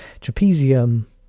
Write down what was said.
trapezium